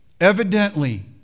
Evidently